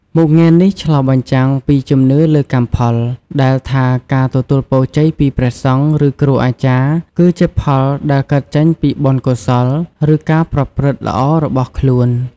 មុខងារនេះឆ្លុះបញ្ចាំងពីជំនឿលើ កម្មផល ដែលថាការទទួលពរជ័យពីព្រះសង្ឃ ឬគ្រូអាចារ្យ គឺជាផលដែលកើតចេញពីបុណ្យកុសល ឬការប្រព្រឹត្តល្អរបស់ខ្លួន។